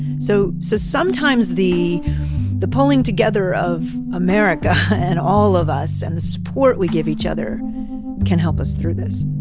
so so sometimes the the pulling together of america, and all of us, and the support we give each other can help us through this.